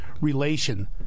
relation